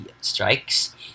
strikes